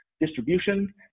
distribution